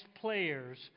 players